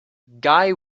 guy